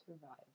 survive